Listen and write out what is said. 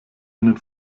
einen